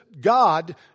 God